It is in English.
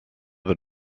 the